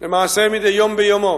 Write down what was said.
למעשה מדי יום ביומו